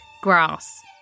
grass